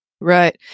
Right